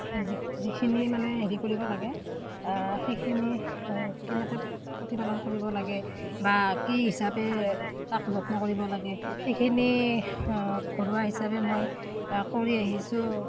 যি যিখিনি মানে হেৰি কৰিব লাগে সেইখিনি কেনেকৈ প্ৰতিপালন কৰিব লাগে বা কি হিচাপে তাক যত্ন কৰিব লাগে সেইখিনি ঘৰুৱা হিচাপে মই কৰি আহিছোঁ